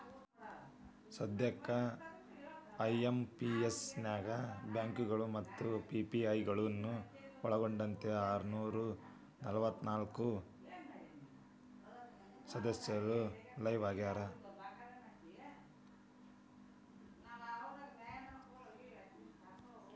ಸದ್ಯಕ್ಕ ಐ.ಎಂ.ಪಿ.ಎಸ್ ನ್ಯಾಗ ಬ್ಯಾಂಕಗಳು ಮತ್ತ ಪಿ.ಪಿ.ಐ ಗಳನ್ನ ಒಳ್ಗೊಂಡಂತೆ ಆರನೂರ ನಲವತ್ನಾಕ ಸದಸ್ಯರು ಲೈವ್ ಆಗ್ಯಾರ